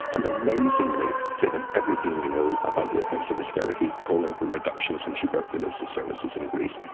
and amazingly, given everything we know about the effects of austerity, calling for reductions in tuberculosis services in greece,